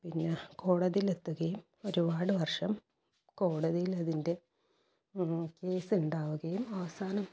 പിന്നെ കോടതിയിലെത്തുകയും ഒരുപാട് വർഷം കോടതിയിലതിൻ്റെ കേസുണ്ടാവുകയും അവസാനം